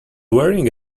wearing